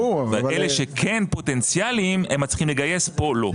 אלה שכן פוטנציאליים ומצליחים לגייס פה לא.